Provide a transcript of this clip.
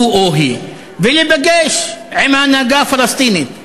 הוא או היא, ולהיפגש עם ההנהגה הפלסטינית.